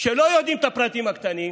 שלא יודעים את הפרטים הקטנים,